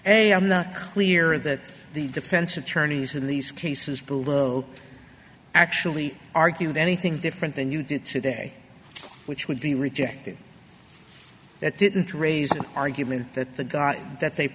and i'm not clear that the defense attorneys in these cases below actually argued anything different than you did today which would be rejected that didn't raise argument that the god that they